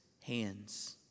hands